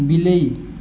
ବିଲେଇ